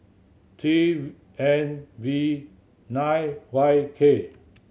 three N V nine Y K